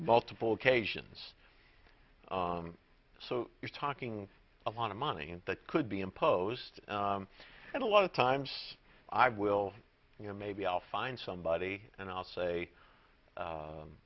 multiple occasions so you're talking a lot of money that could be imposed and a lot of times i will you know maybe i'll find somebody and i'll say